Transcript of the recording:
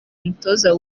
umutoza